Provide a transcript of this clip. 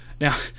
Now